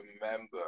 remember